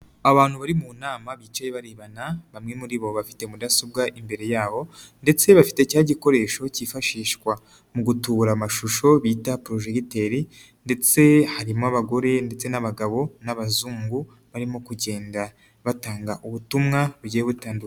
Abantu bari mu nama bicaye barebana bamwe muri bo bafite mudasobwa imbere yabo ndetse bafite cya gikoresho kifashishwa mu gutubura amashusho bita porojegiteri ndetse harimo abagore ndetse n'abagabo n'abazungu barimo kugenda batanga ubutumwa bugiye gutandukanye.